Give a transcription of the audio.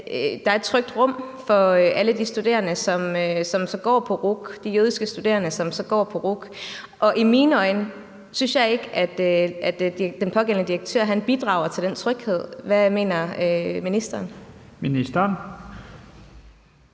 går på RUC, herunder de jødiske studerende, som går på RUC. Set med mine øjne synes jeg ikke, at den pågældende direktør bidrager til den tryghed. Hvad mener ministeren? Kl.